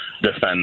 Defend